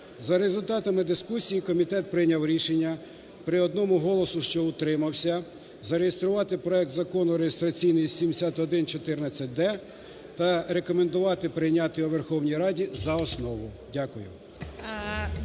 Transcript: За результатами дискусії комітет прийняв рішення при одному голосу, що утримався зареєструвати проект закону (реєстраційний 7114-д). Та рекомендувати прийняти його у Верховній Раді за основу. Дякую.